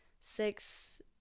six